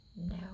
no